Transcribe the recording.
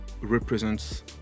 represents